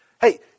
Hey